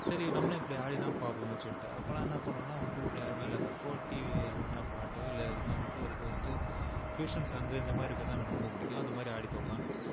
சரி நம்மளும் இப்படி ஆடி தான் பார்ப்போமேன்னு சொல்லிட்டு அப்பெல்லாம் என்ன பண்ணுவோன்னால் வந்துட்டு வீட்ல யாருமே இல்லாதப்போது டிவியில் எதுனால் பாட்டு இல்லை எதுனால் வந்துட்டு ஒரு இதை வைச்சுட்டு ஃப்யூஷன் சாங்கு இந்தமாதிரி இருக்கிறதுலாம் எனக்கு ரொம்ப பிடிக்கும் அந்தமாதிரி ஆடிப் பார்ப்பேன்